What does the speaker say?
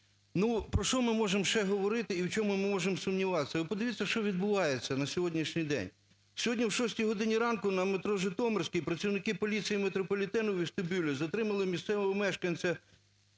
про що ми можемо ще говорити, і в чому ми можемо сумніватися? Ви подивіться, що відбувається на сьогоднішній день. Сьогодні о 6-й годині ранку на метро "Житомирській" працівники поліції метрополітену в вестибюлі затримали місцевого мешканця